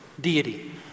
deity